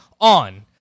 on